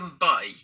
buy